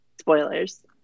Spoilers